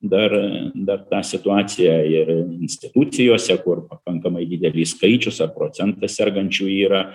dar dar ta situacija ir institucijose kur pakankamai didelis skaičius ar procentas sergančiųjų yra